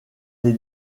les